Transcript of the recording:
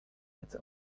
its